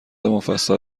مفصل